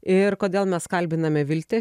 ir kodėl mes kalbiname viltę